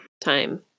Time